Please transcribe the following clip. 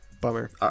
bummer